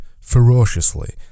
ferociously